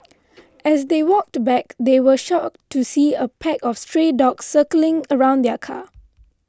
as they walked back they were shocked to see a pack of stray dogs circling around the car